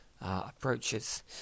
approaches